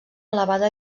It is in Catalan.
elevada